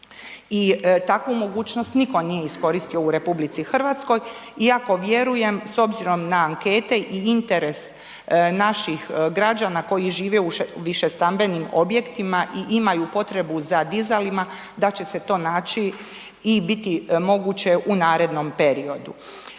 i takvu mogućnost nitko nije iskoristio u RH iako vjerujem s obzirom na ankete i interes naših građana koji žive u višestambenim objektima i imaju potrebu za dizalima da će se to naći i biti moguće u narednom periodu.